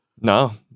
No